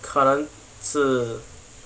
可能是